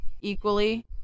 equally